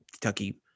Kentucky